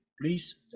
Please